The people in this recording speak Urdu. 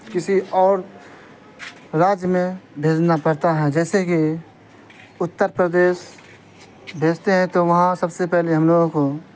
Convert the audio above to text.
کسی اور راجیہ میں بھیجنا پڑتا ہے جیسے کہ اتر پردیش بھیجتے ہیں تو وہاں سب سے پہلے ہم لوگوں کو